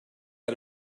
out